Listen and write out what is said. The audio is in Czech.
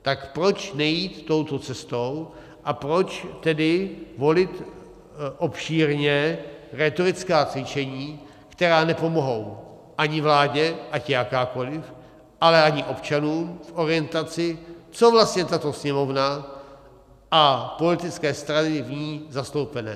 Tak proč nejít touto cestou a proč tedy volit obšírně rétorická cvičení, která nepomohou ani vládě, ať je jakákoliv, ani občanům v orientaci, co vlastně tato Sněmovna a politické strany v ní zastoupené.